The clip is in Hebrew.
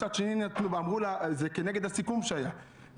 זה כנגד הסיכום שהיה,